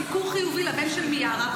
סיקור חיובי לבן של מיארה,